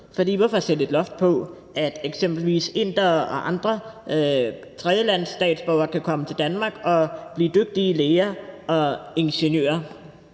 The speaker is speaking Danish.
over, hvor mange eksempelvis indere og andre tredjelandsstatsborgere kan komme til Danmark og blive dygtige læger og ingeniører?